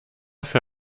für